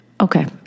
Okay